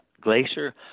glacier